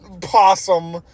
possum